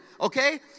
Okay